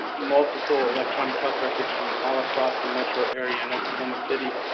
multiple electronic health records from all across the metro area in oklahoma city.